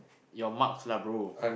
your marks lah brother